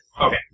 Okay